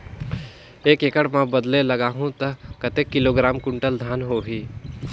एक एकड़ मां बदले लगाहु ता कतेक किलोग्राम कुंटल धान होही?